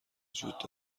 وجود